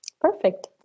Perfect